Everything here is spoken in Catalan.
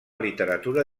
literatura